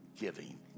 giving